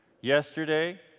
yesterday